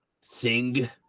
Sing